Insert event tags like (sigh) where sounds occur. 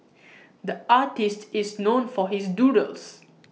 (noise) the artist is known for his doodles